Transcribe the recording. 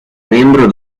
membro